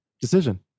decision